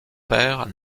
père